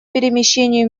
перемещению